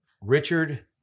Richard